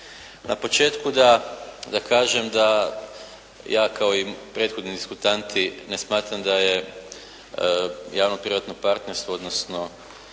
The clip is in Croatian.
Na početku da, da kažem da ja kao i prethodni diskutanti ne smatram da je javno-privatno partnerstvo odnosno